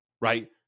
right